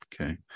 okay